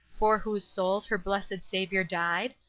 for whose souls her blessed saviour died,